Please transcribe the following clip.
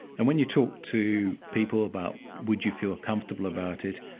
and when you talk to people about would you feel comfortable about it?